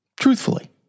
Truthfully